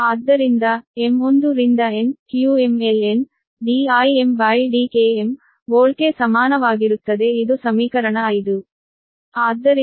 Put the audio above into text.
ಆದ್ದರಿಂದ m 1 ರಿಂದ N qm ln DimDkm ವೋಲ್ಟ್ಗೆ ಸಮಾನವಾಗಿರುತ್ತದೆ ಇದು ಸಮೀಕರಣ 5